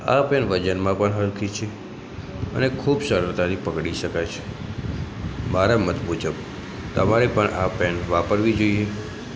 આ પૅન વજનમાં પણ હલકી છે અને ખૂબ સરળતાથી પકડી શકાય છે મારા મત મુજબ તમારે પણ આ પૅન વાપરવી જોઈએ